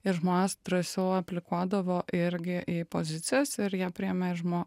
ir žmonės drąsiau aplikuodavo irgi į pozicijas ir jie priėmė žmo